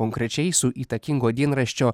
konkrečiai su įtakingo dienraščio